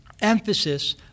emphasis